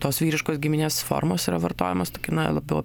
tos vyriškos giminės formos yra vartojamos tokiu na labiau